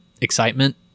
excitement